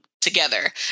together